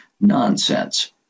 Nonsense